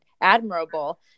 admirable